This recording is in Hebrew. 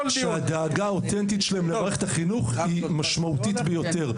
אני חושב שהדאגה האותנטית שלהם למערכת החינוך היא משמעותית ביותר,